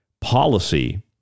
policy